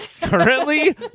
Currently